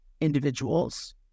individuals